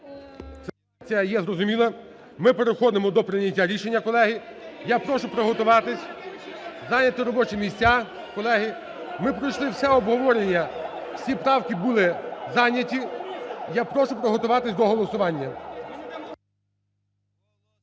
це є зрозуміло, ми переходимо до прийняття рішення, колеги. Я прошу приготуватися, зайняти робочі місця, колеги. Ми пройшли все обговорення, всі правки були зайняті. Я прошу приготуватися до голосування.